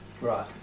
Right